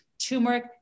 turmeric